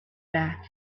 back